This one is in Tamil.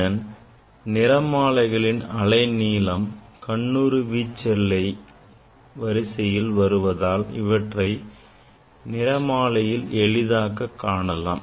இதன் நிறமாலைகளின் அலைநீளம் கண்ணுறு வீச்செல்லை வரிசையில் வருவதால் இவற்றை நிறமாலைமானியில் எளிதாக காணலாம்